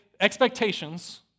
expectations